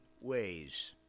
ways